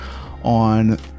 on